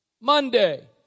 Monday